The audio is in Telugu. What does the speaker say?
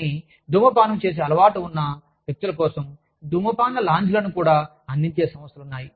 కానీ ధూమపానం చేసే అలవాటు ఉన్న వ్యక్తుల కోసం ధూమపాన లాంజ్లను కూడా అందించే సంస్థలు ఉన్నాయి